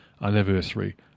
anniversary